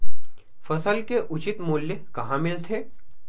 फसल के उचित मूल्य कहां मिलथे?